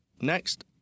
Next